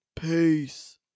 Peace